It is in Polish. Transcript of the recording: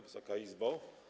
Wysoka Izbo!